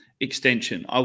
extension